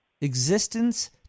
Existence